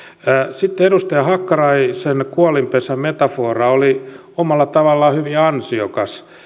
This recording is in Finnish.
sitten edustaja hakkaraisen kuolinpesämetafora oli omalla tavallaan hyvin ansiokas